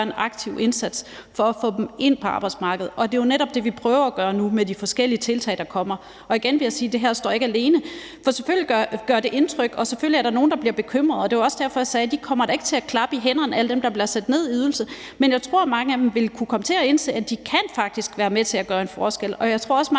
en aktiv indsats for at få dem ind på arbejdsmarkedet. Det er jo netop det, vi prøver at gøre nu med de forskellige tiltag, der kommer. Igen vil jeg sige, at det her ikke står alene, for selvfølgelig gør det indtryk, og selvfølgelig er der nogen, der bliver bekymrede, og det var også derfor, jeg sagde, at alle dem, der bliver sat ned i ydelse, da ikke kommer til at klappe i hænderne. Men jeg tror, at mange af dem vil kunne komme til at indse, at de faktisk kan være med til at gøre en forskel, og jeg tror også, at mange